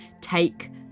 take